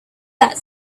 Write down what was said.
that